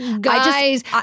guys